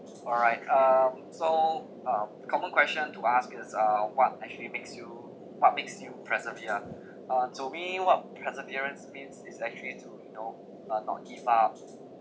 alright um so um common question to ask is uh what actually makes you what makes you persevere uh to me what perseverance means is actually to you know uh not give up